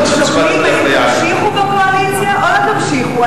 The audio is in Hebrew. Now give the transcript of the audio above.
הם שוקלים אם ימשיכו בקואליציה או לא ימשיכו,